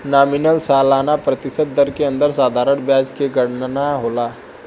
nominal सालाना प्रतिशत दर के अंदर साधारण ब्याज के गनना होला